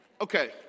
Okay